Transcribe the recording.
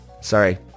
sorry